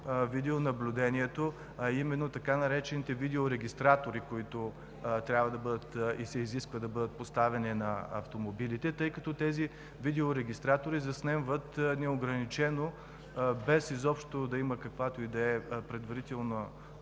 видеонаблюдението, а именно така наречените „видеорегистратори“, които се изисква да бъдат поставени на автомобилите. Тези видеорегистратори заснемат неограничено, без изобщо да има каквато и да е предварителна